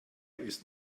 ist